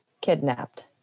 kidnapped